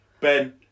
Ben